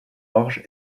orge